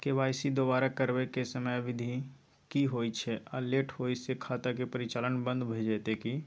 KYC दोबारा करबै के समयावधि की होय छै आ लेट होय स खाता के परिचालन बन्द भ जेतै की?